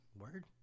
Word